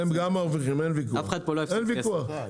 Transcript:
אף אחד פה לא הפסיד כסף.